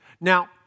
Now